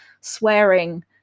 swearing